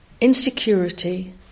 insecurity